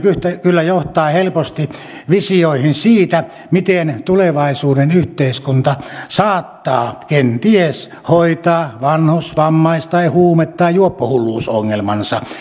kyllä johtaa helposti visioihin siitä miten tulevaisuuden yhteiskunta saattaa kenties hoitaa vanhus vammais huume tai juoppohulluusongelmansa